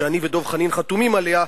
שאני ודב חנין חתומים עליה,